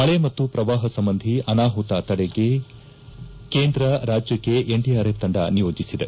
ಮಳಿ ಮತ್ತು ಪ್ರವಾಹ ಸಂಬಂಧಿ ಅನಾಹುತ ತಡೆಗೆ ಕೇಂದ್ರ ರಾಜ್ಯಕ್ಕೆ ಎನ್ಡಿಆರ್ಎಫ್ ತಂಡ ನಿಯೋಜಿಸಿದೆ